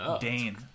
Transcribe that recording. Dane